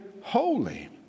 holy